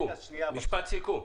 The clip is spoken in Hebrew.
משפט סיכום.